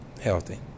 Healthy